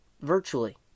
virtually